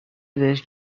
بهش